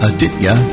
Aditya